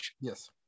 Yes